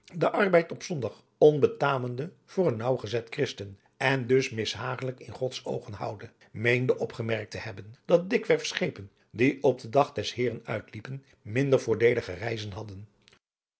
den arbeid op zondag onbetamende voor een naauwgezet christen en dus mishagelijk in gods oogen houdende meende opgemerkt te hebben dat dikwerf schepen die op den dag des heeren uitliepen minder voordeelige reizen hadden